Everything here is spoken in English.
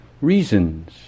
reasons